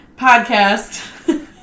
Podcast